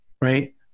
Right